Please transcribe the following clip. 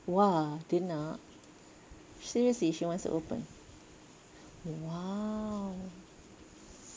!wah! dia nak seriously she wants to open !wow!